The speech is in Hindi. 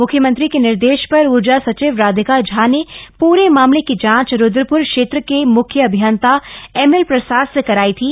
म्ख्यमंत्री के निर्देश पर ऊर्जा सचिव राधिका झा ने प्रे मामले की जांच रुद्रप्र क्षेत्र के म्ख्य अभियंता एमएल प्रसाद से कराई थी